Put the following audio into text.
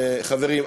חברים,